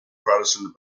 protestant